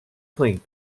playing